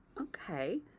Okay